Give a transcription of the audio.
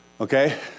Okay